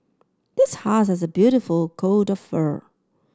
this husky has a beautiful coat of fur